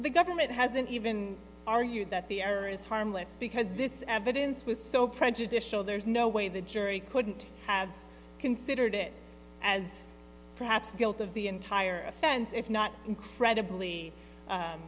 the government hasn't even argued that the error is harmless because this evidence was so prejudicial there's no way the jury couldn't have considered it as perhaps guilt of the entire offense if not incredibly